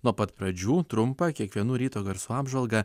nuo pat pradžių trumpą kiekvienų ryto garsų apžvalgą